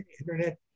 internet